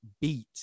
beat